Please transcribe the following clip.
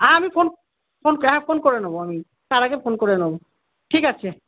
হ্যাঁ আমি phone phone হ্যাঁ ফোন করে নেব আমি তার আগে ফোন করে নেব ঠিক আছে